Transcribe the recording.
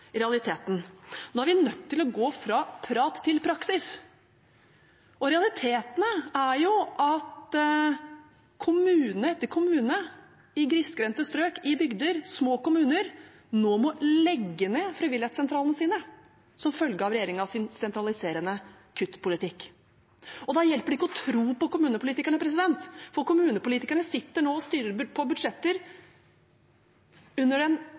Nå er vi nødt til å gå fra prat til praksis. Realitetene er jo at kommune etter kommune i grisgrendte strøk, i bygder og små kommuner, nå må legge ned frivilligsentralene sine som følge av regjeringens sentraliserende kuttpolitikk. Da hjelper det ikke å tro på kommunepolitikerne, for kommunepolitikerne sitter nå og styrer på budsjetter under